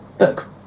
book